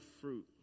fruit